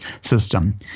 system